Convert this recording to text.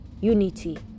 unity